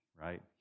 right